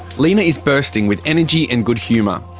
lina is bursting with energy and good humour.